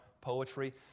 poetry